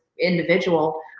individual